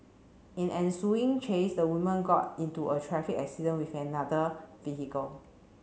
in ensuing chase the woman got into a traffic accident with another vehicle